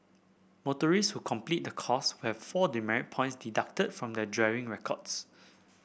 motorist who complete the course will have four demerit points deducted from their driving records